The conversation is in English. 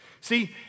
See